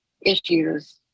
issues